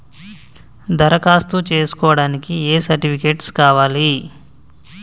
దరఖాస్తు చేస్కోవడానికి ఏ సర్టిఫికేట్స్ కావాలి?